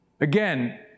Again